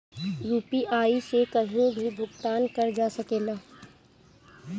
UPI से कहीं भी भुगतान कर जा सकेला?